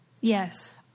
Yes